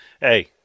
Hey